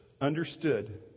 understood